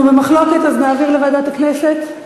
אנחנו במחלוקת, אז נעביר לוועדת הכנסת.